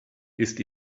ist